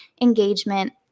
engagement